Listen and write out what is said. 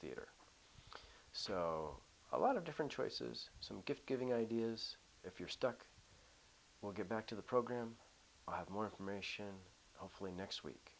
theater so a lot of different choices some gift giving ideas if you're stuck well get back to the program i have more information hopefully next week